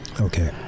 okay